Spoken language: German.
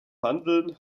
handeln